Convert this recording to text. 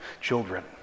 children